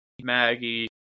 maggie